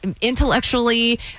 intellectually